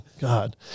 God